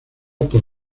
por